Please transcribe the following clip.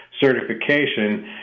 certification